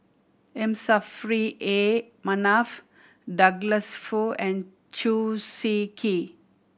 M Saffri A Manaf Douglas Foo and Chew Swee Kee